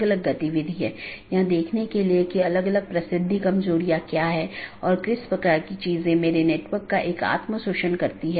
इसलिए पड़ोसियों की एक जोड़ी अलग अलग दिनों में आम तौर पर सीधे साझा किए गए नेटवर्क को सूचना सीधे साझा करती है